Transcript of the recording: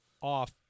off